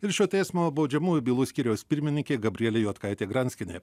ir šio teismo baudžiamųjų bylų skyriaus pirmininkė gabrielė juodkaitė granskienė